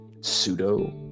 pseudo